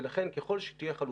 ולכן, ככל שתהיה חלופה,